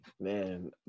Man